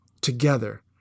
together